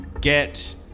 get